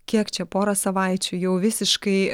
kiek čia pora savaičių jau visiškai